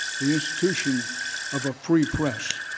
the institution of a free press,